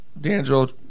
D'Angelo